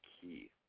key